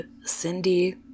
cindy